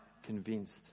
convinced